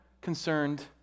concerned